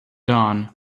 dawn